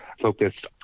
focused